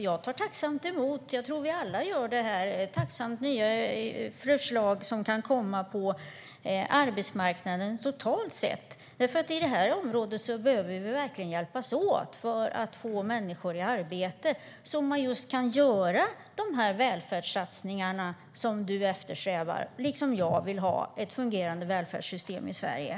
Jag och vi alla här, tror jag, tar tacksamt emot nya förslag som kan komma på arbetsmarknaden totalt sett, för vi behöver verkligen hjälpas åt på det området för att få människor i arbete så att man just kan göra de välfärdssatsningar som Håkan Svenneling eftersträvar. Liksom jag vill han ju ha ett fungerande välfärdssystem i Sverige.